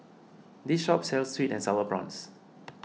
this shop sells Sweet and Sour Prawns